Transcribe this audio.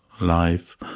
life